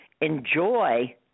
enjoy